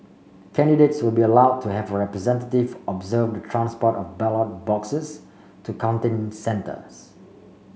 candidates will be allowed to have a representative observe the transport of ballot boxes to counting centres